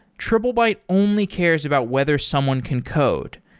triplebyte only cares about whether someone can code.